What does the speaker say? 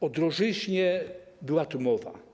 O drożyźnie była tu mowa.